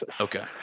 Okay